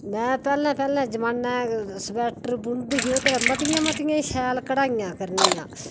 में पैहलै पैहलै जमाने च स्बैटर बुनदी ही ओहदे च मतियां मतियां शैल कढाइयां करनियां